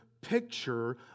picture